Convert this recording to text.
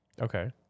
Okay